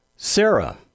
Sarah